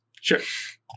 Sure